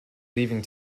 leaving